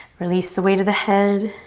release the weight of the head.